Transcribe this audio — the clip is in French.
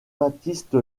baptiste